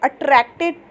attracted